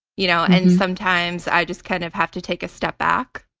you know and sometimes i just kind of have to take a step back.